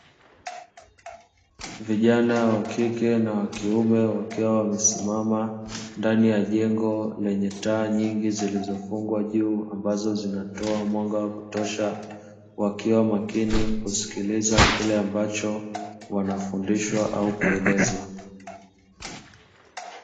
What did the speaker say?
Vijana wakike na wakiume wakiwa wamesimama ndani ya jengo lenye taa nyingi zilizofungwa juu ambazo zinatoa mwanga wa kutosha, wakiwa makini kusikiliza kile ambacho wanafundishwa au kuelezwa.